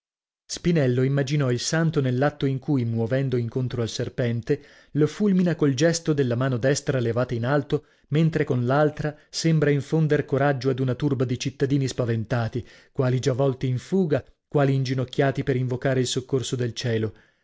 spinello immaginò il santo nell'atto in cui muovendo incontro al serpente lo fulmina col gesto della mano destra levata in alto mentre con l'altra sembra infonder coraggio ad una turba di cittadini spaventati quali già volti in fuga quali inginocchiati per invocare il soccorso del cielo